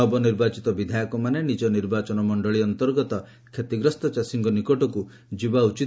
ନବନିର୍ବାଚିତ ବିଧାୟକମାନେ ନିଜ ନିର୍ବାଚନ ମଣ୍ଡଳୀ ଅନ୍ତର୍ଗତ କ୍ଷତିଗ୍ରସ୍ତ ଚାଷୀଙ୍କ ନିକଟକୁ ଯିବା ଉଚିତ